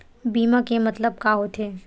बीमा के मतलब का होथे?